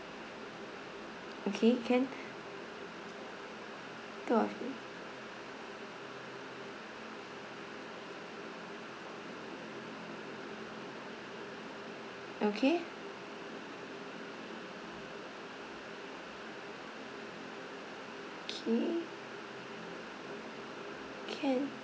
okay can two of okay okay can